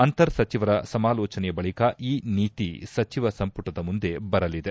ಅಂತರ್ ಸಚಿವರ ಸಮಾಲೋಚನೆಯ ಬಳಿಕ ಈ ನೀತಿ ಸಚಿವ ಸಂಪುಟದ ಮುಂದೆ ಬರಲಿದೆ